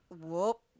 Whoop